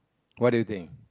what do you think